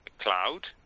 cloud